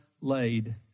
laid